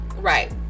Right